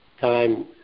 time